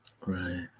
Right